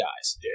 guys